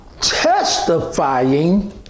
testifying